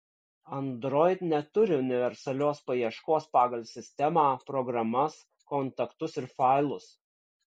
android neturi universalios paieškos pagal sistemą programas kontaktus ir failus